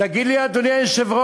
תגיד לי, אדוני היושב-ראש,